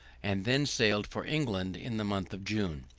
and then sailed for england in the month of june.